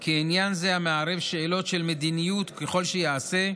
כי עניין זה, המערב שאלות של מדיניות, ככל שייעשה,